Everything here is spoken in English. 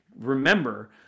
remember